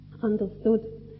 understood